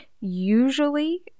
Usually